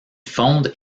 fonde